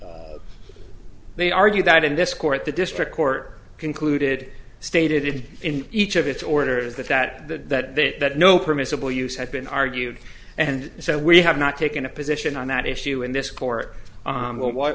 well they argue that in this court the district court concluded stated in each of its orders that that that no permissible use had been argued and so we have not taken a position on that issue in this court but what why